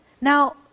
Now